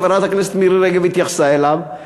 חברת הכנסת מירי רגב התייחסה אליו,